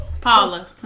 Paula